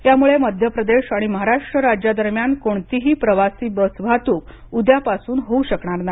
यामुळे मध्यप्रदेश आणि महाराष्ट्र राज्यांदरम्यान कोणतीही प्रवासी बस वाहतूक उद्यापासून होऊ शकणार नाही